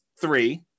three